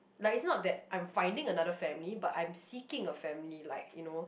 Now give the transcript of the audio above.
like it's not that I am finding another family but I am seeking a family like you know